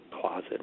closet